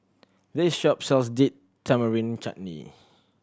this shop sells Date Tamarind Chutney